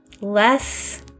less